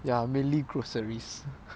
ya mainly groceries